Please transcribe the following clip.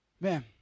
Man